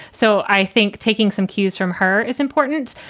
so i think taking some cues from her is important.